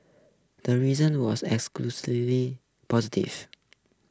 the reason was positive